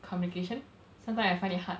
communication sometimes I find it hard